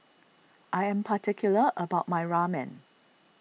I am particular about my Ramen